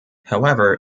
however